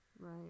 right